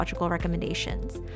recommendations